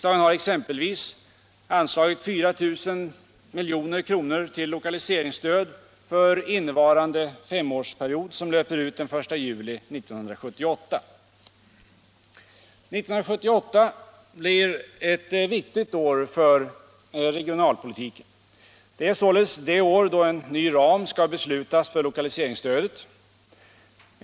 Den har exempelvis anslagit 4 000 milj.kr. till lokaliseringsstöd för innevarande femårsperiod, som löper ut den 1 juli 1978. 1978 blir ett viktigt år för regionalpolitiken. Det är således det år då en ny ram skall beslutas för lokaliseringsstödet.